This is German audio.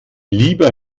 lieber